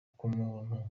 umuntu